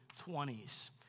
20s